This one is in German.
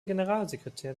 generalsekretär